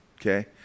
okay